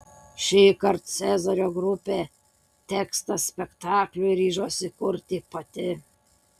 šįkart cezario grupė tekstą spektakliui ryžosi kurti pati